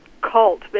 cult